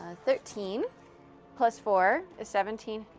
thirteen plus four is seventeen